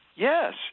Yes